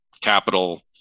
capital